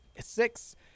six